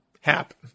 happen